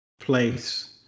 place